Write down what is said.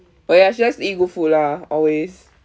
oh ya she likes to eat good food lah always